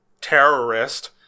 terrorist